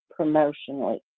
promotionally